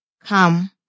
Come